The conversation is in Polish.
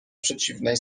przeciwnej